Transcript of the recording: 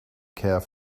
care